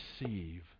receive